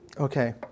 Okay